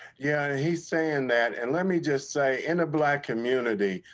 yeah, he's saying that, and let me just say in the black community,